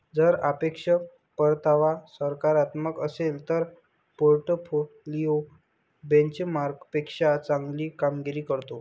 जर सापेक्ष परतावा सकारात्मक असेल तर पोर्टफोलिओ बेंचमार्कपेक्षा चांगली कामगिरी करतो